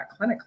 clinically